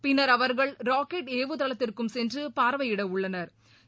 பின்னா் அவா்கள் ராக்கெட் ஏவுதளத்திற்கும் சென்று பாா்வையிட உள்ளனா்